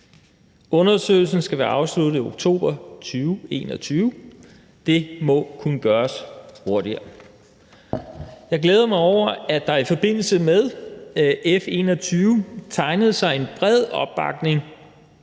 Undersøgelsen skal være afsluttet i oktober 2021. Det må kunne gøres hurtigere. Jeg glæder mig over, at der i forbindelse med F 21 tegnede sig en bred opbakning